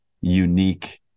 unique